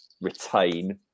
retain